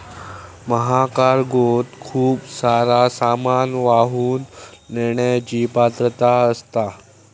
महाकार्गोत खूप सारा सामान वाहून नेण्याची पात्रता असता